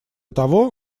того